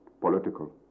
political